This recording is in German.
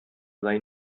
sein